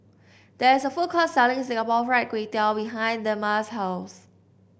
there is a food court selling Singapore Fried Kway Tiao behind Dema's house